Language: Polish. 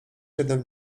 jednak